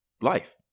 life